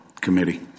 Committee